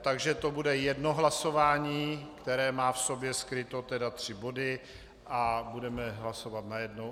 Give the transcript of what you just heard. Takže to bude jedno hlasování, které má v sobě skryto tři body, a budeme hlasovat najednou.